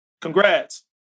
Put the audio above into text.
Congrats